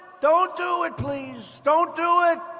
don't do it, please. don't do it.